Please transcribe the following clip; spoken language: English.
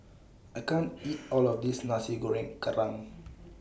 I can't eat All of This Nasi Goreng Kerang